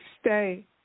stay